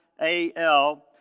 A-L